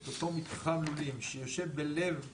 את אותו מתחם לולים שיושב בלב הישוב,